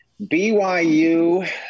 BYU